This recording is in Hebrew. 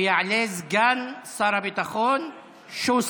ויעלה סגן שר הביטחון שוסטר.